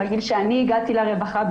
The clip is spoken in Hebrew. בגיל שאני הגעתי לרווחה,